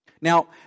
Now